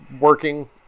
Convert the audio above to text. working